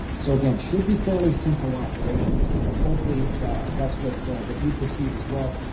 so again should be fairly simple operations hopefully that that's what that you perceive as well.